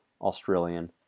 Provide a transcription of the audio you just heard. Australian